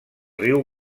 riu